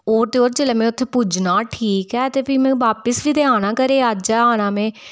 होर ते होर जेल्लै मैं उत्थै पुज्जना ठीक ऐ ते फ्ही मैं बापस बी ते औना घरै गी अज्ज ऐ आना मैं